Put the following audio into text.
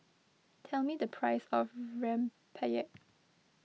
tell me the price of Rempeyek